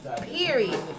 Period